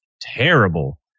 terrible